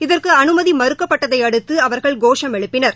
இதற்கு அனுமதி மறுக்கப்பட்டதை அடுத்து அவர்கள் கோஷம் எழுப்பினர்